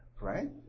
Right